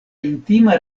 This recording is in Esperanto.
intima